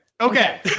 Okay